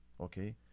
Okay